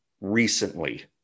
recently